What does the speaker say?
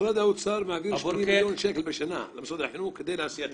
משרד האוצר מעביר 80 מיליון שקל בשנה למשרד החינוך כדי להסיע תלמידים.